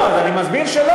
לא, אבל אני מסביר שלא.